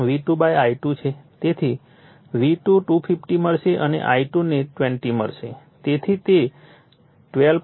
તેથી V2 250 મળશે અને I2 ને 20 મળશે તેથી તે 12